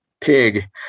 pig